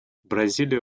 бразилия